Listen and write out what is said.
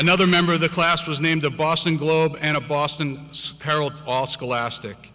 another member of the class was named the boston globe and a boston herald all scholastic